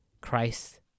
Christ